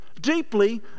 deeply